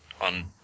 on